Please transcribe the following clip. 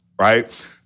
right